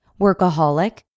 workaholic